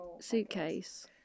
suitcase